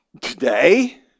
today